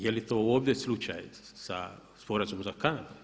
Je li to ovdje slučaj sa sporazumom za Kanadu?